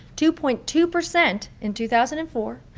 two point two percent in two thousand and four,